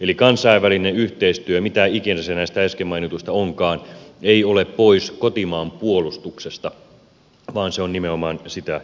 eli kansainvälinen yhteistyö mitä ikinä se näistä äsken mainituista onkaan ei ole pois kotimaan puolustuksesta vaan se on nimenomaan sitä vahvistava